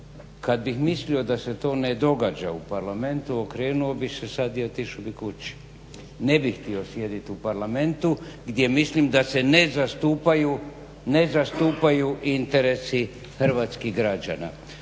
Kada bih mislio da se to ne događa u Parlamentu okrenuo bih se sada i otišao bih kući. Ne bih htio sjediti u Parlamentu gdje mislim da se ne zastupaju interesi hrvatskih građana.